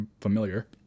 familiar